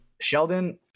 Sheldon